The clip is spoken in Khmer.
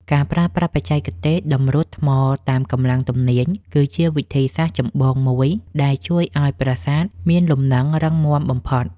ការប្រើប្រាស់បច្ចេកទេសតម្រួតថ្មតាមកម្លាំងទំនាញគឺជាវិធីសាស្រ្តចម្បងមួយដែលជួយឱ្យប្រាសាទមានលំនឹងរឹងមាំបំផុត។